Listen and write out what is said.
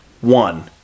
One